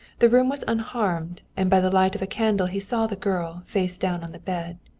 the room was unharmed, and by the light of a candle he saw the girl, face down on the bed.